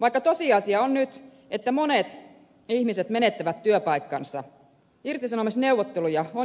vaikka tosiasia on nyt että monet ihmiset menettävät työpaikkansa irtisanomisneuvotteluja on jo käynnistetty